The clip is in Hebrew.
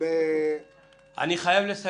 לגבי